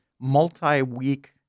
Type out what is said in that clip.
multi-week